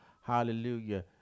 Hallelujah